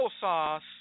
sauce